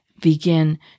begin